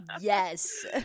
Yes